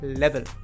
level